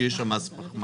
שיהיה שם מס פחמן.